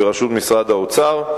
בראשות משרד האוצר,